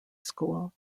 school